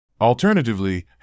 Alternatively